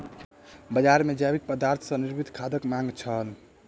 बजार मे जैविक पदार्थ सॅ निर्मित खादक मांग छल